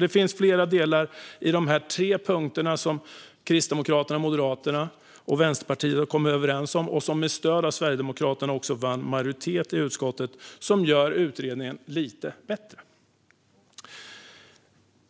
Det finns alltså flera delar i de tre punkter som Kristdemokraterna, Moderaterna och Vänsterpartiet har kommit överens om och som med stöd av Sverigedemokraterna också vann majoritet i utskottet som gör utredningen lite bättre.